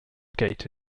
gate